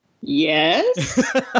yes